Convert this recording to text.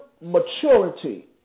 maturity